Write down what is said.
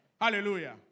Hallelujah